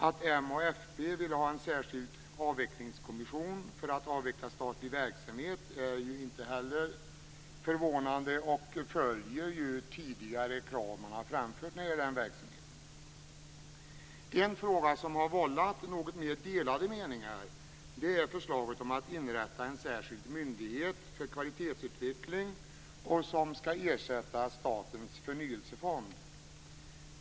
Att Moderaterna och Folkpartiet vill ha en särskild avvecklingskommission för att avveckla statlig verksamhet är ju inte heller förvånande. Det följer tidigare krav som de tidigare har framfört när det gäller den verksamheten. En fråga som har vållat något mer delade meningar är förslaget att inrätta en särskild myndighet för kvalitetsutveckling som skall ersätta Statens förnyelsefond.